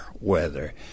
weather